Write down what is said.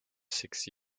six